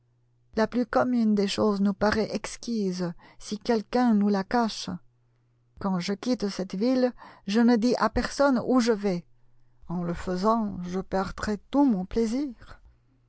la plus commune des choses nous paraît exquise si quelqu'un nous la cache quand je quitte cette ville je ne dis à personne oh je vais en le faisant je perdrais tout mon plaisir